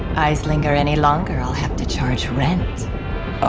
eyes linger any longer, i'll have to charge rent.